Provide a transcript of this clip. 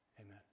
Amen